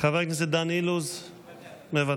חבר הכנסת דן אילוז, מוותר,